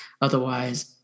otherwise